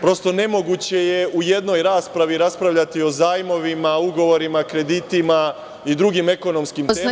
Prosto, nemoguće je u jednoj raspravi raspravljati o zajmovima, ugovorima, kreditima i drugim ekonomskim temama